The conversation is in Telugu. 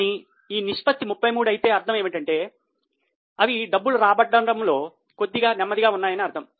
కానీ ఈ నిష్పత్తి 33 అయితే అర్థం ఏమిటంటే అవి డబ్బులు రాబట్టడంలో కొద్దిగా నెమ్మదిగా ఉన్నాయని అర్థం